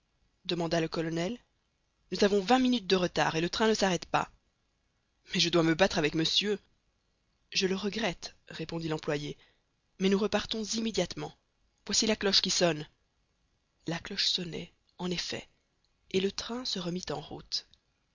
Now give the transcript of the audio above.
demanda le colonel nous avons vingt minutes de retard et le train ne s'arrête pas mais je dois me battre avec monsieur je le regrette répondit l'employé mais nous repartons immédiatement voici la cloche qui sonne la cloche sonnait en effet et le train se remit en route